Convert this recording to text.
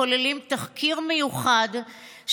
הכוללים תחקיר מיוחד,